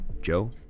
Joe